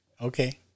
Okay